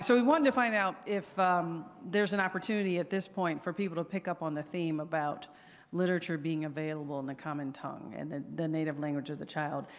so we wanted to find out if um there's an opportunity at this point for people to pick up on the theme about literature being available in the common tongue and the the native language of the child.